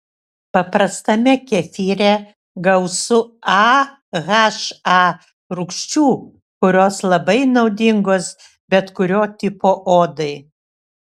paprastame kefyre gausu aha rūgščių kurios labai naudingos bet kurio tipo odai